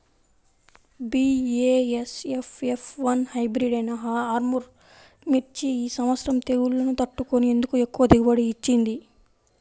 BASF F one hybrid అయినా ఆర్ముర్ మిర్చి ఈ సంవత్సరం తెగుళ్లును తట్టుకొని ఎందుకు ఎక్కువ దిగుబడి ఇచ్చింది?